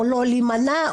להימנע,